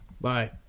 Bye